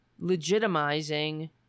legitimizing